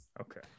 okay